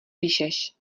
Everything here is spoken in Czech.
píšeš